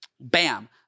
Bam